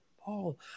Paul